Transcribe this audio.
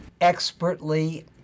expertly